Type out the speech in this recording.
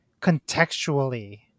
contextually